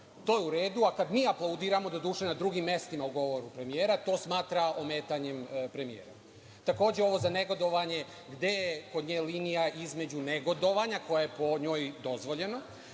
to je u redu, a kada mi aplaudiramo doduše na drugim mestima u govoru premijera, to smatra ometanjem premijera? Takođe, ovo za negodovanje gde je kod nje linija između negodovanja koja je po njoj dozvoljeno